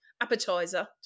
appetizer